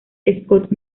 scott